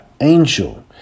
Angel